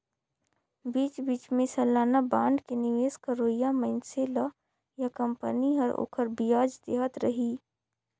बीच बीच मे सलाना बांड मे निवेस करोइया मइनसे ल या कंपनी हर ओखर बियाज देहत रही